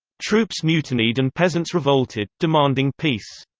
troops mutinied and peasants revolted, demanding peace.